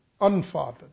unfathered